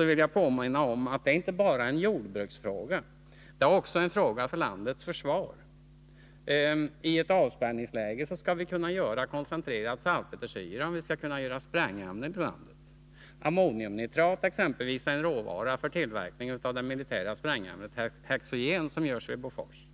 vill jag påminna om att det inte bara är en jordbruksfråga utan också en fråga som gäller landets försvar. I ett avspärrningsläge måste vi kunna göra koncentrerad salpetersyra, om vi skall kunna tillverka sprängämnen i landet. Ammoniumnitrat exempelvis är en råvara för tillverkning av det militära sprängämnet hexogén, som görs i Bofors.